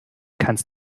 kannst